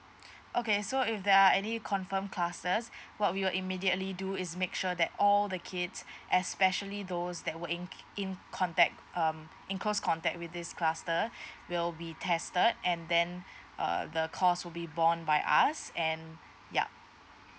okay so if there are any confirm classes what we will immediately do is make sure that all the kids especially those that were in in contact um in close contact with this cluster will be tested and then err the cost will be borne by us and yup